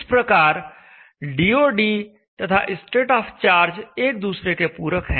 इस प्रकार DoD तथा स्टेट ऑफ चार्ज एक दूसरे के पूरक हैं